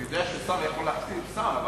אני יודע ששר יכול להחליף שר.